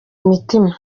imitima